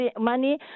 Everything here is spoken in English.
money